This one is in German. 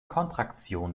kontraktion